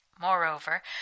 Moreover